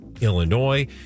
Illinois